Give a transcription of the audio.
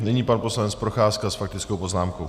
Nyní pan poslanec Procházka s faktickou poznámkou.